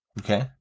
Okay